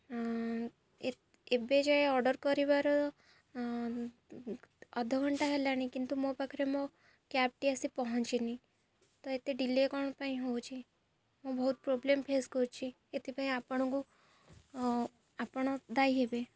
ଏ ଏବେ ଯାଏଁ ଅର୍ଡ଼ର କରିବାର ଅଧଘଣ୍ଟା ହେଲାଣି କିନ୍ତୁ ମୋ ପାଖରେ ମୋ କ୍ୟାବ୍ଟି ଆସି ପହଞ୍ଚିନି ତ ଏତେ ଡିଲେ କଣ ପାଇଁ ହଉଛି ମୁଁ ବହୁତ ପ୍ରୋବ୍ଲେମ ଫେସ୍ କରୁଛି ଏଥିପାଇଁ ଆପଣଙ୍କୁ ଆପଣ ଦାୟୀ ହେବେ